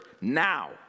now